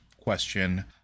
question